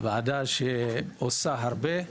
ועדה שעושה הרבה,